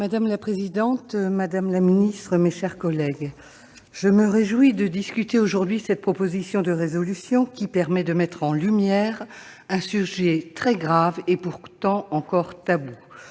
Madame la présidente, madame la secrétaire d'État, mes chers collègues, je me réjouis de discuter aujourd'hui de cette proposition de résolution qui permet de mettre en lumière un sujet très grave et pourtant encore tabou.